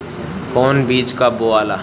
कौन बीज कब बोआला?